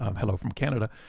um hello from canada.